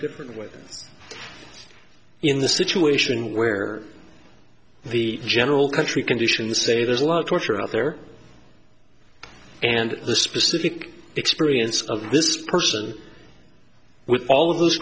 different way than in the situation where the general country conditions say there's a lot of torture out there and the specific experience of this person with all of those